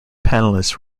panelist